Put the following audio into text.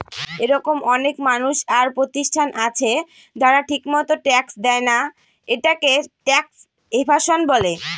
এরকম অনেক মানুষ আর প্রতিষ্ঠান আছে যারা ঠিকমত ট্যাক্স দেয়না, এটাকে ট্যাক্স এভাসন বলে